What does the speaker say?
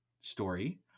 story